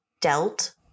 dealt